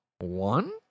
one